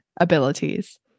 abilities